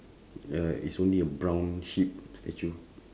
uh is only a brown sheep statue